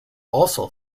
also